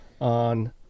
on